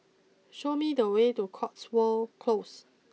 show me the way to Cotswold close